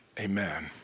Amen